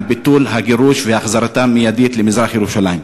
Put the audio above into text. ביטול הגירוש והחזרתם המיידית למזרח-ירושלים.